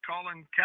Colin